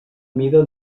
mida